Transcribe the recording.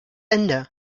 ende